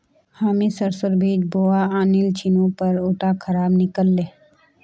हामी सरसोर बीज बोवा आनिल छिनु पर उटा खराब निकल ले